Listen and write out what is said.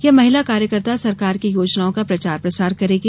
यह महिला कार्यकर्ता सरकार की योजनाओं का प्रचार प्रसार करेंगी